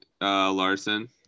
Larson